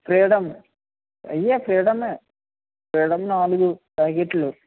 freedom అవే Freedom ఏ Freedom నాలుగు ప్యాకెట్లు